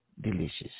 delicious